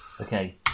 Okay